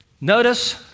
notice